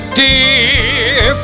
dear